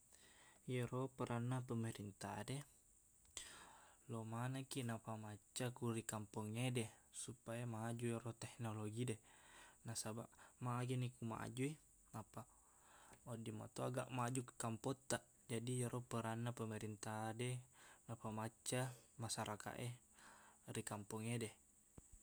Iyero peranna pemerintah de, lo manekkiq napamacca ku ri kampongngede, supaya maju ero teknologi de. Nasabaq, magini ku maajui, nappa wedding meto aga maju kampottaq. Jadi ero peranna pemerintah de, napamacca masyarakat e ri kampongngede.